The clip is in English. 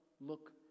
look